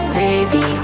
baby